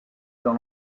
dans